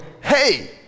hey